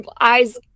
eyes